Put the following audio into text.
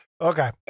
Okay